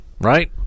right